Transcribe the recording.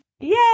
Yay